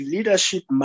Leadership